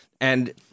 And-